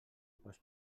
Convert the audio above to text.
pots